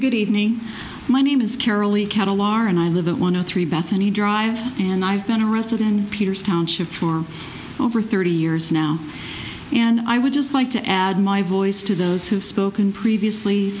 good evening my name karalee cattle are and i live at one of three bethany drive and i've been arrested in peter's township for over thirty years now and i would just like to add my voice to those who spoken previously